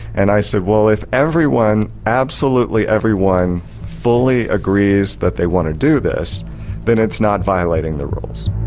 and i said well if everyone, absolutely everyone, fully agrees that they want to do this then it's not violating the rules.